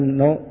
no